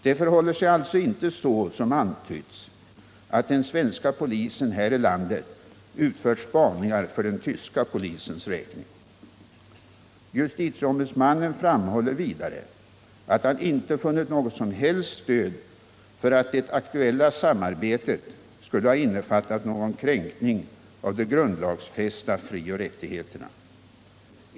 Det förhåller sig alltså inte så som antytts att den svenska polisen här i landet utfört spaningar för den tyska polisens räkning. Justitieombudsmannen framhåller vidare att han inte funnit något som helst stöd för att det aktuella samarbetet skulle ha innefattat någon kränkning av de grundlagsfästa frioch rättigheterna.